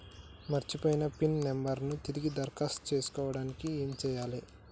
మర్చిపోయిన PIN number ను తిరిగి దరఖాస్తు చేసుకోవడానికి ఏమి చేయాలే?